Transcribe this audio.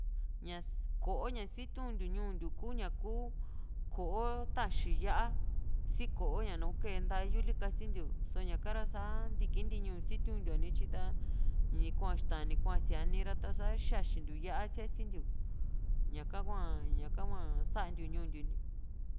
ko´o ña sitiuntiu ñuu ntiu ku ña kuu ko´o taxi yá´a sii ko´o ña kee ntayuli kasintiu só ñaka ra sa ntiki ntiñu sitiuntiu´a nityi ta ni kua ixta ni kua sía´ni ra ta´sa xaxintiu yá´a siasintiu ñaka hua santiu ñuu ntiu